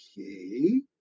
Okay